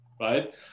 right